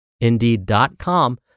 indeed.com